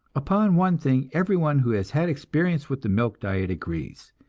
upon one thing everyone who has had experience with the milk diet agrees,